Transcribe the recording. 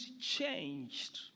changed